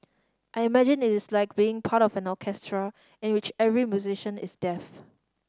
I imagine it is like being part of an orchestra in which every musician is deaf